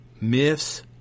myths